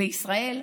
בישראל,